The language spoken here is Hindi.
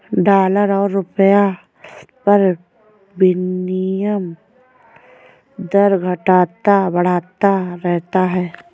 डॉलर और रूपए का विनियम दर घटता बढ़ता रहता है